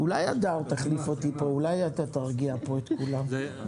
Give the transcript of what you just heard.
שאולי לגבי ההרכב תוכל להיות הסכמה,